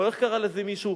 איך קרא לזה מישהו?